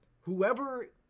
whoever